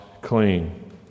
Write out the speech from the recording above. clean